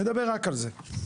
נדבר רק על זה.